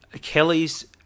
Kelly's